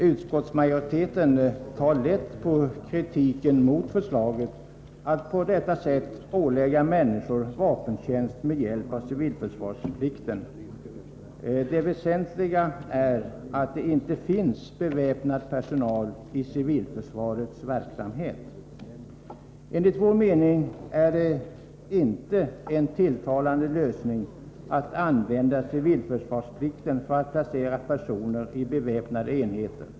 Utskottsmajoriteten tar lätt på kritiken mot förslaget att på detta sätt ålägga människor vapentjänst med hjälp av civilförsvarsplikten. Det väsentliga är att det inte finns beväpnad personal i civilförsvarets verksamhet. Enligt vår mening är det inte en tilltalande lösning att använda civilförsvarsplikten för att placera personer i beväpnade enheter.